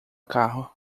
carro